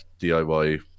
DIY